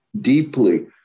deeply